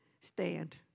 stand